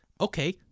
okay